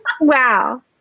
wow